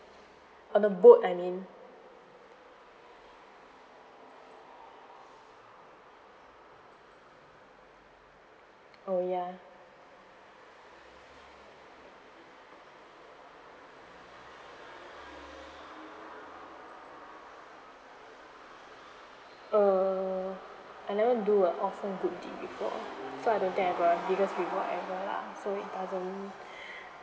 on the boat I mean oh ya uh I never do a often good deed before so I don't think I got the biggest reward ever lah so it doesn't